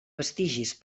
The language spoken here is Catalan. vestigis